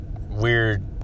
weird